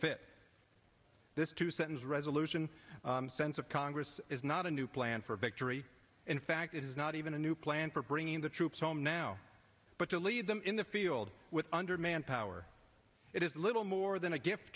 fit this two sentence resolution sense of congress is not a new plan for victory in fact it is not even a new plan for bringing the troops home now but to leave them in the field with under manpower it is little more than a gift